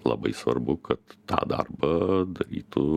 labai svarbu kad tą darbą darytų